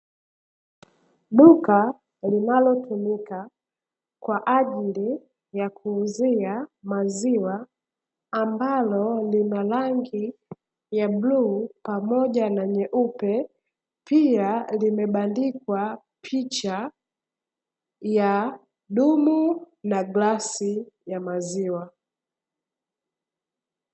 Duka linalotumika kwa ajili ya kuuzia maziwa ambalo lina rangi ya bluu pamoja na nyeupe pia limebandikwa picha ya dumu na glasi ya maziwa.